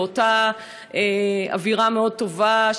ואותה אווירה מאוד טובה,